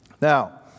Now